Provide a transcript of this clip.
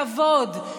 כבוד,